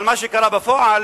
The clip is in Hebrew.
אבל מה שקרה בפועל,